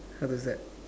how does that